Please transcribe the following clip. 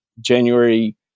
January